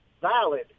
valid